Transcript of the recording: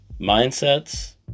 mindsets